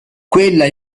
quella